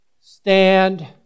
Stand